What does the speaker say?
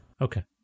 Okay